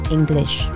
English